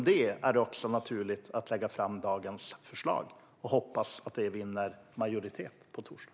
Det är då naturligt att lägga fram dagens förslag och hoppas att det vinner majoritet på torsdag.